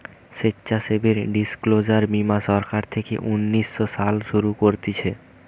স্বেচ্ছাসেবী ডিসক্লোজার বীমা সরকার থেকে উনিশ শো সালে শুরু করতিছে